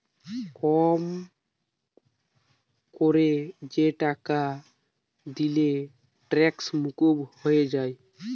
কম কোরে যে টাকা দিলে ট্যাক্স মুকুব হয়ে যায়